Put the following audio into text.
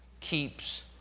keeps